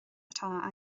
atá